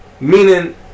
meaning